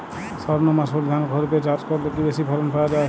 সর্ণমাসুরি ধান খরিপে চাষ করলে বেশি ফলন পাওয়া যায়?